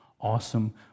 awesome